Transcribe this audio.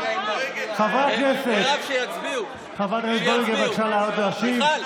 חברת הכנסת וולדיגר, בבקשה לעלות ולהשיב.